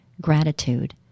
gratitude